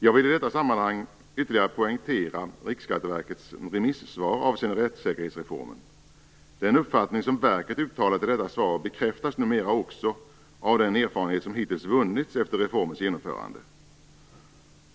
Jag vill i detta sammanhang ytterligare poängtera Riksskatteverkets remissvar avseende rättssäkerhetsreformen. Den uppfattning som verket uttalade redan i svaret bekräftas numera också av den erfarenhet som hittills vunnits efter reformens genomförande.